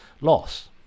loss